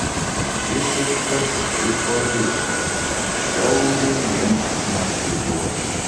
visiškas prikolistas žiauriai linksma su juo